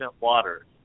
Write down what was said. water